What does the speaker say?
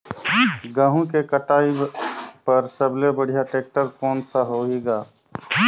गहूं के कटाई पर सबले बढ़िया टेक्टर कोन सा होही ग?